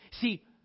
See